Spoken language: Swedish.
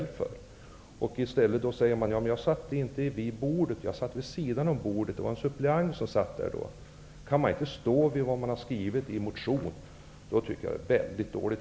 Hans förklaring är att han inte satt med vid bordet vid aktuellt tillfälle, utan att han satt vid sidan av bordet, och att det var en suppleant som satt vid bordet. Om man inte kan stå för vad man skrivit i en motion är det mycket dåligt,